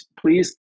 please